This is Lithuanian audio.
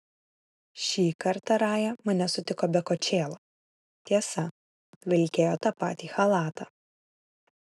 šį kartą raja mane sutiko be kočėlo tiesa vilkėjo tą patį chalatą